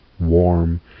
warm